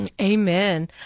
Amen